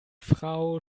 frau